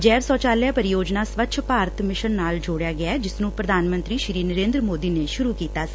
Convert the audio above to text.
ਜੈਵ ਸ਼ੋਚਾਲਿਆ ਪਰੀਯੋਜਨਾ ਸਵੱਛ ਭਾਰਤ ਮਿਸ਼ਨ ਨਾਲ ਜੋਤਿਆ ਗਿਐ ਜਿਸ ਨੂੰ ਪ੍ਰਧਾਨ ਮੰਤਰੀ ਨਰੇਂਦਰ ਮੋਦੀ ਸੂਰੁ ਕੀਤਾ ਸੀ